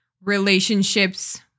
relationships